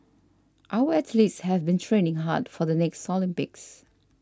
our athletes have been training hard for the next Olympics